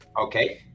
okay